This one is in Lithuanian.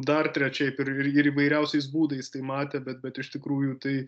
dar trečiaip ir ir įvairiausiais būdais tai matė bet bet iš tikrųjų tai